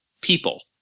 people